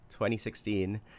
2016